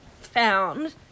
found